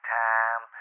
time